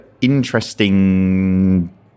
interesting